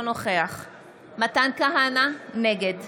נוכח מתן כהנא, נגד